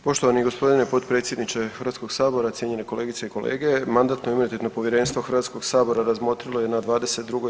Poštovani gospodine potpredsjedniče Hrvatskog sabora, cijenjene kolegice i kolege, Mandatno-imunitetno povjerenstvo Hrvatskog sabora razmotrilo je na 22.